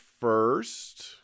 first